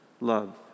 love